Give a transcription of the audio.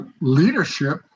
leadership